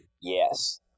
Yes